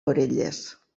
orelles